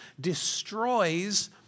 destroys